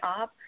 up